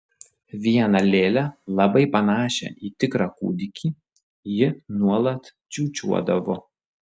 vieną lėlę labai panašią į tikrą kūdikį ji nuolat čiūčiuodavo